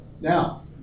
Now